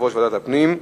יושב-ראש ועדת הפנים.